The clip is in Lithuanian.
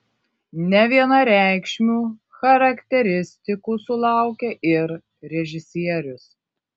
nevienareikšmių charakteristikų sulaukė ir režisierius